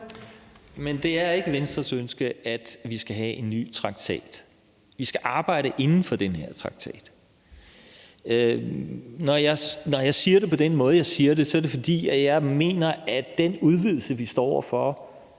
Men det er ikke Venstres ønske, at vi skal have en ny traktat. Vi skal arbejde inden for den her traktat. Når jeg siger det på den måde, jeg siger det, er det, fordi jeg mener, at den udvidelse, vi står over for,